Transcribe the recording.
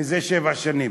מזה שבע שנים.